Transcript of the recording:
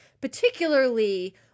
particularly